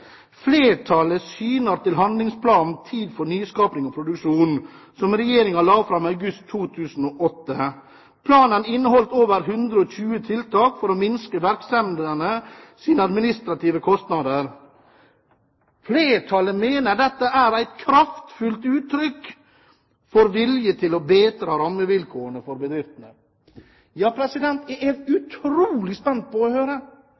syner til handlingsplanen «Tid til nyskaping og produksjon», som Regjeringa la fram i august 2008. Planen inneheldt over 120 tiltak for å minska verksemdene sine administrative kostnader. Fleirtalet meiner dette er eit kraftfullt uttrykk for vilje til å betra rammevilkåra for bedriftene». Ja, jeg er utrolig spent på å